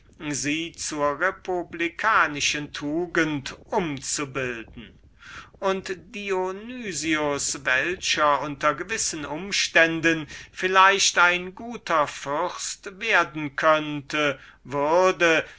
sie zur republikanischen tugend umzubilden und dionys welcher unter gewissen umständen fähig sei ein guter fürst zu werden würde